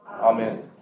Amen